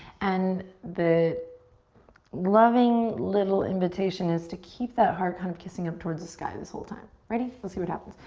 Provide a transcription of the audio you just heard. and the loving little invitation is to keep that heart kind of kissing up towards the sky this whole time. ready? let's see what happens.